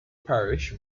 parish